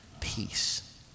peace